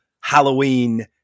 Halloween